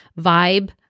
vibe